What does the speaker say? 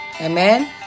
Amen